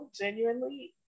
genuinely